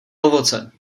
ovoce